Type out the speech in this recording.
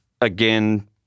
again –